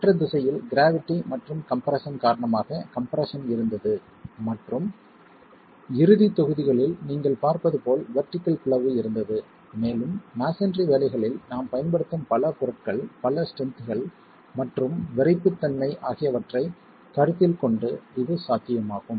மற்ற திசையில் க்ராவிட்டி மற்றும் கம்ப்ரெஸ்ஸன் காரணமாக கம்ப்ரெஸ்ஸன் இருந்தது மற்றும் இறுதித் தொகுதிகளில் நீங்கள் பார்ப்பது போல் வெர்டிகள் பிளவு இருந்தது மேலும் மஸோன்றி வேலைகளில் நாம் பயன்படுத்தும் பல பொருட்கள் பல ஸ்ட்ரென்த்கள் மற்றும் விறைப்புத்தன்மை ஆகியவற்றைக் கருத்தில் கொண்டு இது சாத்தியமாகும்